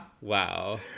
Wow